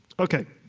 okay.